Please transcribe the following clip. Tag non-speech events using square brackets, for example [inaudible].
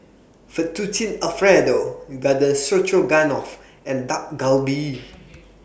Fettuccine Alfredo Garden Stroganoff and Dak Galbi [noise]